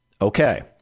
Okay